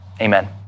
Amen